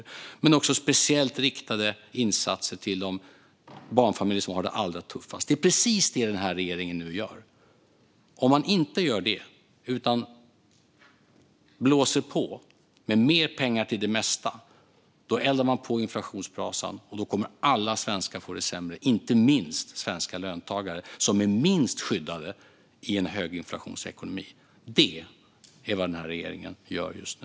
Men det sker också genom speciellt riktade insatser till de barnfamiljer som har det allra tuffast. Det är precis det som den här regeringen nu gör. Om man inte gör det utan blåser på med mer pengar till det mesta eldar man på inflationsbrasan. Och då kommer alla svenskar att få det sämre, inte minst svenska löntagare som är minst skyddade i en ekonomi med hög inflation. Detta är vad den här regeringen gör just nu.